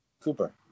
Cooper